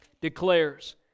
declares